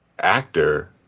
Actor